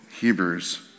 Hebrews